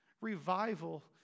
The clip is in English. Revival